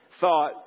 thought